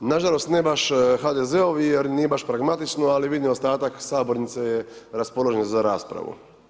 Nažalost, ne baš HDZ-ovi, jer nije baš pragmatično, ali vidim ostatak sabornice je raspoložen za raspravu.